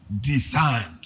designed